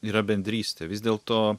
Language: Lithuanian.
yra bendrystė vis dėlto